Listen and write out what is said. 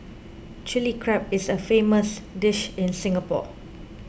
Chilli Crab is a famous dish in Singapore